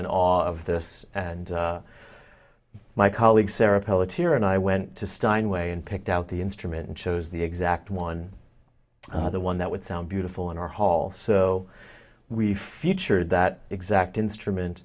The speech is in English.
in awe of this and my colleague sarah pelletier and i went to steinway and picked out the instrument and chose the exact one the one that would sound beautiful in our hall so we featured that exact instrument